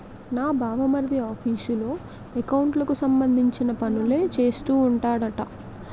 నా బావమరిది ఆఫీసులో ఎకౌంట్లకు సంబంధించిన పనులే చేస్తూ ఉంటాడట